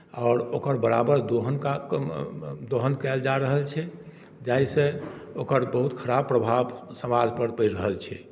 आओर ओकर बराबर दोहन क कयल जा रहल छै ताहिसँ ओकर बहुत खराब प्रभाव समाजपर पड़ि रहल छै